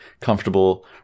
comfortable